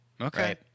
Okay